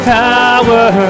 power